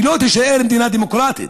היא לא תישאר מדינה דמוקרטית.